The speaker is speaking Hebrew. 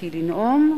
כי לנאום,